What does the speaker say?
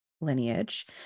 lineage